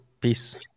peace